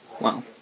Wow